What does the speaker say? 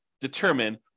determine